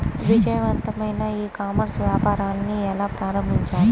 విజయవంతమైన e commerce వ్యాపారాన్ని ఎలా ప్రారంభించాలి?